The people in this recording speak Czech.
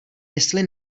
mysli